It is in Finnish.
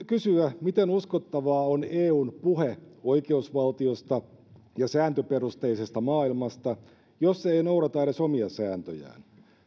kysyä miten uskottavaa on eun puhe oikeusvaltiosta ja sääntöperusteisesta maailmasta jos se ei noudata edes omia sääntöjään